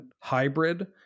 hybrid